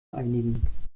einigen